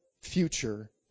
future